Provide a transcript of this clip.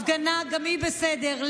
הפגנה גם היא בסדר,